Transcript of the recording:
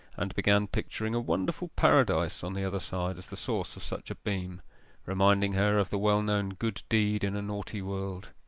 and began picturing a wonderful paradise on the other side as the source of such a beam reminding her of the well-known good deed in a naughty world.